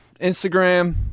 Instagram